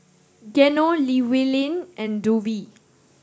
Geno Llewellyn and Dovie